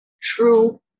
true